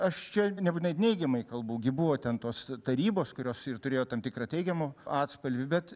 aš čia nebūtinai neigiamai kalbu gi buvo ten tos tarybos kurios ir turėjo tam tikrą teigiamą atspalvį bet